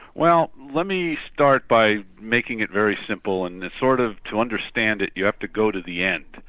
well let me start by making it very simple and sort of to understand it, you have to go to the end,